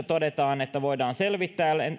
todetaan että voidaan selvittää